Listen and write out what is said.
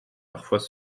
parfois